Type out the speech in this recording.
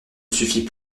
suffit